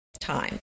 time